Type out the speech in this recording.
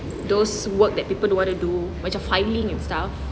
those work that people don't want to do macam filing and stuff